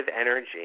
energy